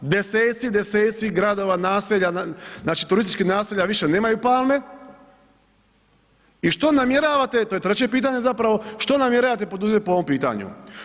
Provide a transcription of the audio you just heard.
Deseci i deseci gradova, naselja, znači turistička naselja više nemaju palme i što namjeravate, to je treće pitanje zapravo, što namjeravate poduzeti po ovom pitanju?